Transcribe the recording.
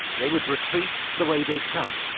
they would retreat the way they'd come,